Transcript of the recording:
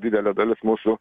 didelė dalis mūsų